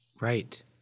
Right